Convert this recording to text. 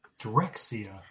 Drexia